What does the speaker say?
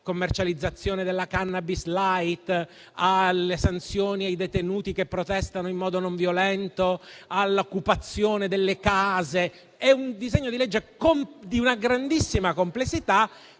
commercializzazione della *cannabis* *light*, alle sanzioni ai detenuti che protestano in modo non violento, all'occupazione delle case. Si tratta, insomma, di un disegno di legge di grandissima complessità